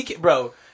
Bro